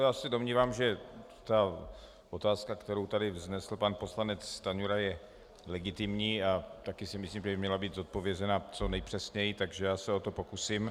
Já se domnívám, že otázka, kterou tady vznesl pan poslanec Stanjura, je legitimní, a také si myslím, že by měla být zodpovězena co nejpřesněji, takže já se o to pokusím.